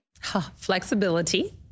Flexibility